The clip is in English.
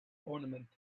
ornament